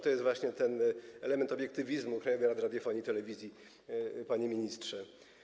To jest właśnie ten element obiektywizmu Krajowej Rady Radiofonii i Telewizji, panie ministrze.